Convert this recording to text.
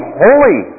holy